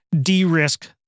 de-risk